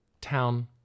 Town